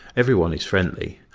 everyone is friendly.